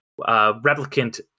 replicant